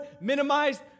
minimized